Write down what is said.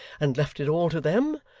and left it all to them.